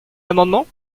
l’amendement